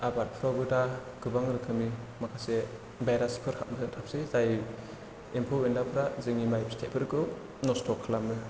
आबादफोरावबो दा गोबां रोखोमनि माखासे भाइरासफोर हाबना थासै जाय एम्फौ एनलाफोरा जोंनि माइ फिथाइफोरखौ नस्थ' खालामो